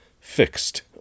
fixed